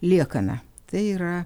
liekana tai yra